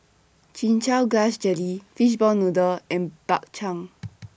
Chin Chow Grass Jelly Fishball Noodle Soup and Bak Chang